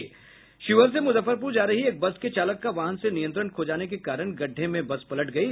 शिवहर से मुजफ्फरपुर जा रही एक बस के चालक का वाहन से नियंत्रण खो जाने के कारण गड्ढे में पलट गयी